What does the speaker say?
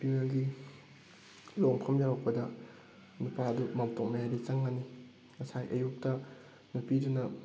ꯅꯨꯄꯤ ꯃꯌꯨꯝꯒꯤ ꯂꯨꯍꯣꯡꯐꯝ ꯌꯧꯔꯛꯄꯗ ꯅꯨꯄꯥꯗꯨ ꯃꯥꯝꯇꯣꯞ ꯃꯌꯥꯏꯗ ꯆꯪꯉꯅꯤ ꯉꯁꯥꯏ ꯑꯌꯨꯛꯇ ꯅꯨꯄꯤꯗꯨꯅ